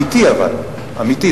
אבל אמיתי,